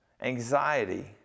anxiety